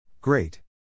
Great